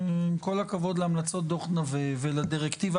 עם כל הכבוד להמלצות דוח נווה ולדירקטיבה